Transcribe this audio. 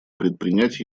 предпринять